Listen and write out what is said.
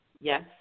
Yes